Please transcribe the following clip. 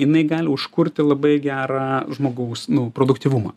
jinai gali užkurti labai gerą žmogaus produktyvumą